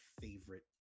favorite